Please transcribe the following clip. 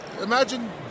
imagine